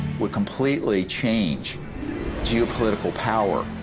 would completely change geo-political power